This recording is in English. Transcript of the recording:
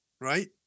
right